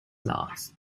last